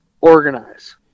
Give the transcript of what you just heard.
organize